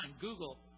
Google